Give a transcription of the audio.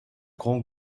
grand